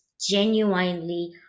genuinely